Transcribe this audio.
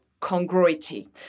congruity